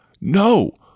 No